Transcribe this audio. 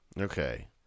Okay